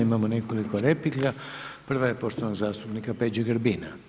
Imamo nekoliko replika, prva je poštovanog zastupnika Peđe Grbina.